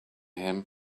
him